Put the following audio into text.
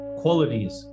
qualities